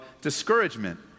discouragement